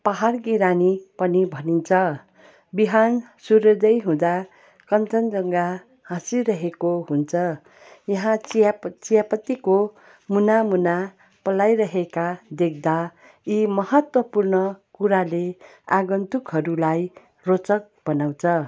पहाडकी रानी पनि भनिन्छ बिहान सूर्योदय हुँदा कन्चनजङ्गा हाँसिरहेको हुन्छ यहाँ चियाप चियापत्तिको मुना मुना पलाइरहेका देख्दा यी महत्त्वपूर्ण कुराले आगन्तुकहरूलाई रोचक बनाउँछ